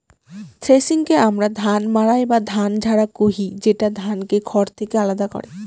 থ্রেশিংকে আমরা ধান মাড়াই বা ধান ঝাড়া কহি, যেটা ধানকে খড় থেকে আলাদা করে